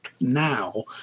now